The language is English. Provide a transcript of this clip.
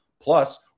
Plus